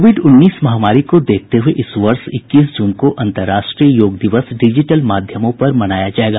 Covid उन्नीस महामारी को देखते हुए इस वर्ष इक्कीस जून को अंतरराष्ट्रीय योग दिवस डिजिटल माध्यमों पर मनाया जायेगा